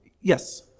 yes